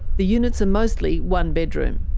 the units are mostly one bedroom.